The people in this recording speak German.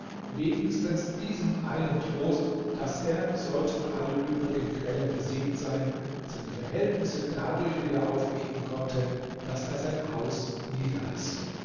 wenigstens diesen einen trost daß er sollten alle übrigen quellen versiegt sein seine verhältnisse dadurch wieder aufrichten konnte daß er sein haus niederriß